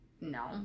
No